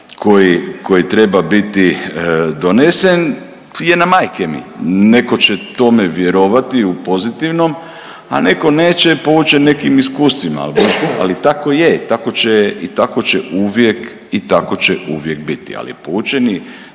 koji treba biti donesen je na majke mi. Netko će tome vjerovati u pozitivnom, a netko neće poučen nekim iskustvima. Ali tako je Ali poučeni